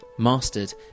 mastered